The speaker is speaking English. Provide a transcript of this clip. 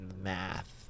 math